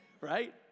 right